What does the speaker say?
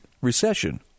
Recession